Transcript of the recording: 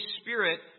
Spirit